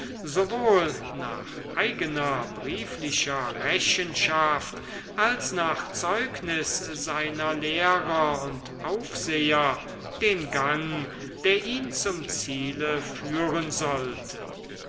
sowohl nach eigener brieflicher rechenschaft als nach zeugnis seiner lehrer und aufseher den gang der ihn zum ziele führen sollte